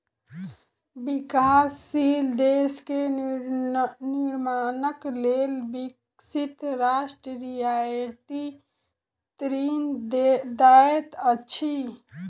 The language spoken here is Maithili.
विकासशील देश के निर्माणक लेल विकसित राष्ट्र रियायती ऋण दैत अछि